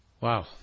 Wow